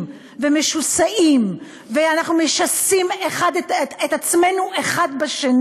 ומשוסעים ואנחנו משסים את עצמנו זה בזה.